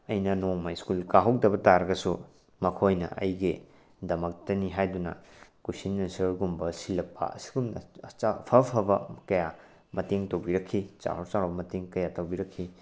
ꯑꯩꯅ ꯅꯣꯡꯃ ꯁ꯭ꯀꯨꯜ ꯀꯥꯍꯧꯗꯕ ꯇꯥꯔꯒꯁꯨ ꯃꯈꯣꯏꯅ ꯑꯩꯒꯤꯗꯃꯛꯇꯅꯤ ꯍꯥꯏꯗꯨꯅ ꯀꯣꯏꯁꯟ ꯑꯟꯁꯔꯒꯨꯝꯕ ꯁꯤꯜꯂꯛꯄ ꯑꯁꯤꯒꯨꯝꯅ ꯑꯐ ꯑꯐꯕ ꯀꯌꯥ ꯃꯇꯦꯡ ꯇꯧꯕꯤꯔꯛꯈꯤ ꯆꯥꯎꯔ ꯆꯥꯎꯔꯕ ꯃꯇꯦꯡ ꯀꯌꯥ ꯇꯧꯕꯤꯔꯛꯈꯤ